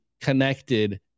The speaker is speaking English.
connected